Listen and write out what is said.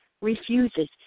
refuses